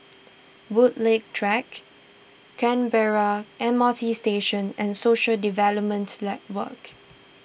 Woodleigh Track Canberra M R T Station and Social Development Network